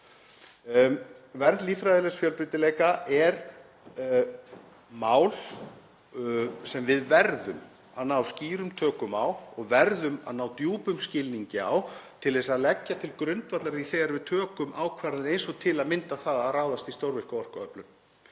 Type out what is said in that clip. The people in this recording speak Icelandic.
Vernd líffræðilegs fjölbreytileika er mál sem við verðum að ná skýrum tökum á og verðum að ná djúpum skilningi á til að leggja til grundvallar því þegar við tökum ákvarðanir eins og til að mynda það að ráðast í stórvirka orkuöflun.